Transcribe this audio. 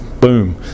boom